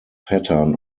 pattern